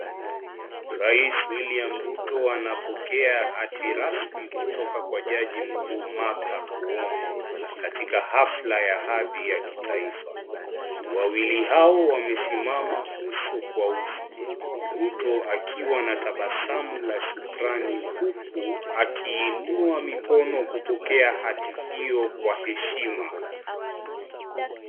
Rais William Ruto anapokea hati rasmi kutoka kwa jaji mkuu Martha Koome , katika hafla ya hadhi ya kitaifa. Wawili hao wamesimama uso kwa uso. Ruto akiwa na tabasamu la shukrani huku akiinua mikono kupokea hadhi hiyo kwa heshima.